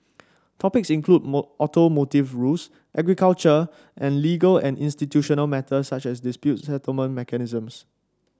topics include more automotive rules agriculture and legal and institutional matters such as dispute settlement mechanisms